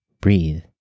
breathe